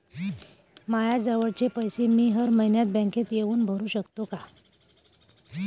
मायाजवळचे पैसे मी हर मइन्यात बँकेत येऊन भरू सकतो का?